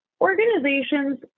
organizations